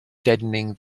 deadening